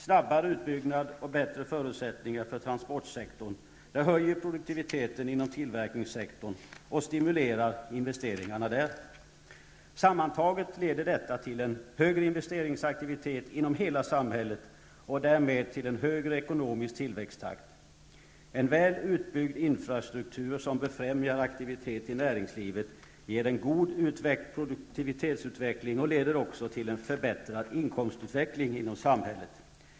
Snabbare utbyggnad och bättre förutsättningar för transportsektorn höjer produktiviteten inom tillverkningssektorn och stimulerar investeringarna där. Sammantaget leder detta till en högre investeringsaktivitet inom hela samhället och därmed till en högre ekonomisk tillväxttakt. En väl utbyggd infrastruktur, som befrämjar aktivitet i näringslivet ger en god produktivitetsutveckling och leder också till en förbättrad inkomstutveckling inom samhället.